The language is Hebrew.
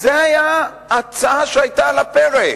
זאת היתה הצעה שהיתה על הפרק,